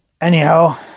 Anyhow